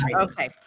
Okay